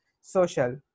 social